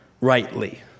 rightly